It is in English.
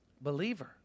believer